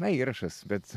na įrašas bet